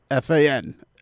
FAN